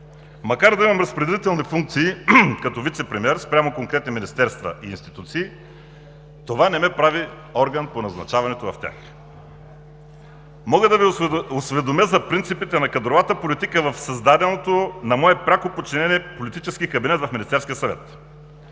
Макар да имам разпределителни функции като вицепремиер спрямо конкретни министерства и институции, това не ме прави орган по назначаването в тях. Мога да Ви осведомя за принципите на кадровата политика в създадения на мое пряко подчинение политически кабинет в Министерския съвет.